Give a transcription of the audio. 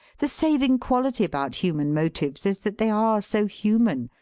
the saving quality about human motives is that they are so human,